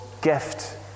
gift